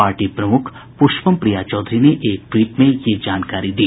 party प्रमुख पुष्पम प्रिया चौधरी ने एक ट्वीट में यह जानकारी दी